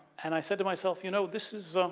and, i said to myself, you know, this is